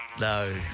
No